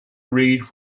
read